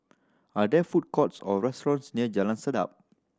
are there food courts or restaurants near Jalan Sedap